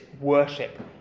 worship